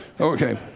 Okay